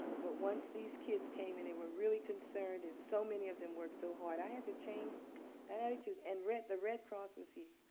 but once these kids came in, they were really concerned. and so many of them worked so hard. i had to change that attitude. and the red cross was here.